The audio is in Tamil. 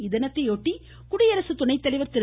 இத்தினத்தையொட்டி குடியரசுத் துணைத்தலைவர் திரு